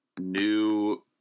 New